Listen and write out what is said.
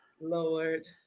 Lord